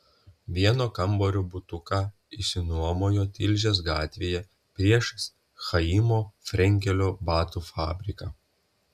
vieno kambario butuką išsinuomojo tilžės gatvėje priešais chaimo frenkelio batų fabriką